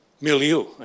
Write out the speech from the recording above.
milieu